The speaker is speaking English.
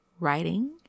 Writing